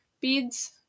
beads